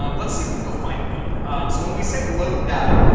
um let's see if we can go find them. so when we say load data,